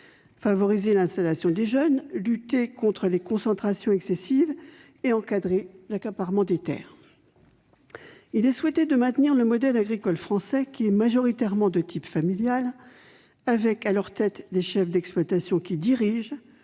favoriser l'installation des jeunes, lutter contre les concentrations excessives et encadrer l'accaparement des terres. S'y exprime le souhait de maintenir le modèle agricole français, qui est majoritairement de type familial, des chefs d'exploitation dirigeant